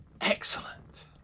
Excellent